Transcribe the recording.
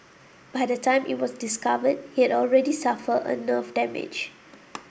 by the time it was discovered he had already suffered a nerve damage